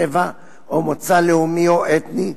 צבע או מוצא לאומי או אתני,